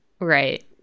right